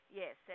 yes